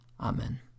Amen